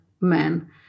men